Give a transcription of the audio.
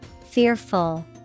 fearful